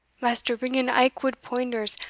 maister ringan aikwood poinders,